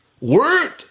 Word